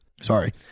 Sorry